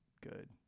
good